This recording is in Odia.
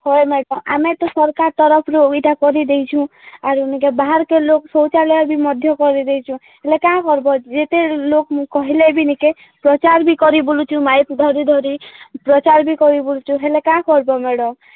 ହୁଏ ଆମେ ତ ସରକାର ତରଫରୁ ଇଟା କରି ଦେଇଛୁ ଆରୁ ନିକେ ବାହାର୍କେ ଲୋକ ଶୌଚାଳୟ ବି ମଧ୍ୟ କରି ଦେଇଛନ୍ ହେଲେ କାଣା କରିବ ଏତେ ଲୋକ କହିଲେ ବି ନିକେ ପ୍ରଚାର ବି କରି ବୁଲୁଛୁ ମାଇକ୍ ଧରି ଧରି ପ୍ରଚାର ବି କରି ବୁଲୁଛୁ ହେଲେ କାଁ କର୍ବୁ ମ୍ୟାଡ଼ାମ୍